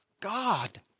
God